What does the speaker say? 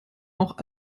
auch